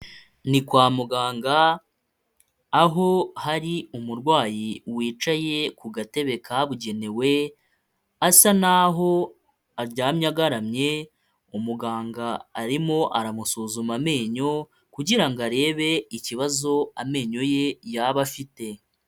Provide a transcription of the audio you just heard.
Ni kwa muganga Aho hari umurwayi wicaye ku gatebe kabugenewe, asa naho aryamye agaramye umuganga arimo aramusuzuma amenyo kugira ngo arebe ikibazo amenyo ye yaba afite.